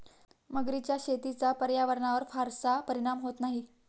मगरीच्या शेतीचा पर्यावरणावर फारसा परिणाम होत नाही